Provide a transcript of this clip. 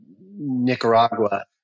Nicaragua